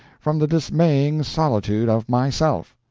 from the dismaying solitude of myself.